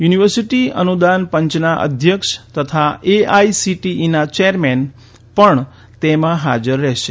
university અનુદાન પંચના અધ્યક્ષ તથા એઆઇસીટીઇના ચેરમેન પણ તેમાં હાજર રહેશે